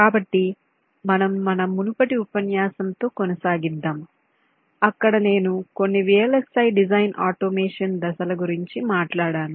కాబట్టి మనము మన మునుపటి ఉపన్యాసంతో కొనసాగిద్దాం అక్కడ నేను కొన్ని VLSI డిజైన్ ఆటోమేషన్ దశల గురించి మాట్లాడాను